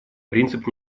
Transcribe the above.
принцип